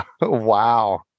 Wow